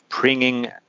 bringing